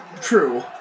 true